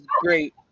great